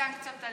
ביטן, לא להתרגש.